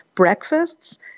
breakfasts